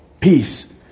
Peace